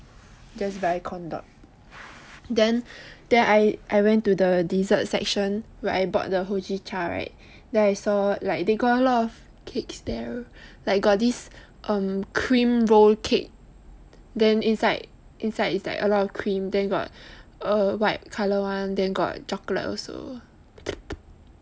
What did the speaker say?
just buy corn dog then then I went to the dessert section where I bought the Hojicha right then I saw they got a lot of cakes there like got this um cream roll cake then inside inside it's like a lot of cream then got white color [one] then got chocolate also